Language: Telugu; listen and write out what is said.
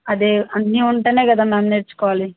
అదే అన్నీ ఉంటేనే కదా మ్యామ్ నేర్చుకోవాలి